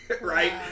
Right